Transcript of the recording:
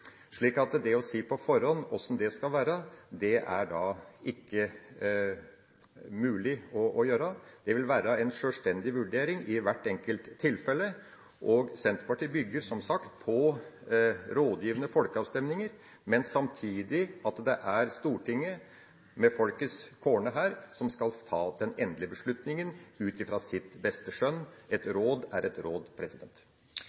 slik folkeavstemningen framsto ved sin opptelling. Så det å si på forhånd hvordan det skal være, er ikke mulig. Det vil være en sjølstendig vurdering i hvert enkelt tilfelle, og Senterpartiet bygger som sagt på rådgivende folkeavstemninger, samtidig som det er Stortinget, med folkets kårne her, som skal ta den endelige beslutningen ut fra sitt beste skjønn – et